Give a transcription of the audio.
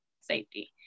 safety